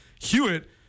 Hewitt